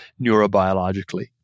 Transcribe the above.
neurobiologically